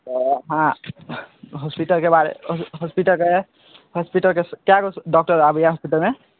तऽ हॅं हॉस्पिटलके बारे हॉस्पिटलके हॉस्पिटलके कए गो डॉक्टर आबैया हॉस्पिटलमे